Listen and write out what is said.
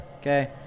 Okay